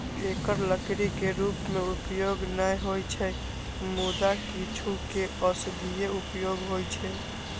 एकर लकड़ी के रूप मे उपयोग नै होइ छै, मुदा किछु के औषधीय उपयोग होइ छै